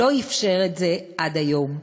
לא אפשר את זה עד היום.